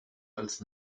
als